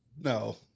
No